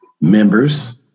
members